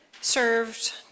served